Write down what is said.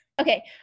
Okay